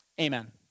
amen